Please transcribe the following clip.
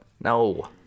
No